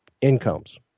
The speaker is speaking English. incomes